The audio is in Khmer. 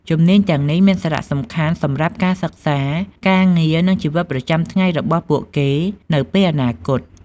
ជំនាញទាំងនេះមានសារៈសំខាន់សម្រាប់ការសិក្សា ការងារ និងជីវិតប្រចាំថ្ងៃរបស់ពួកគេនៅពេលអនាគត។